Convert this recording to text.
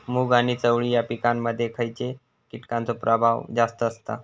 मूग आणि चवळी या पिकांमध्ये खैयच्या कीटकांचो प्रभाव जास्त असता?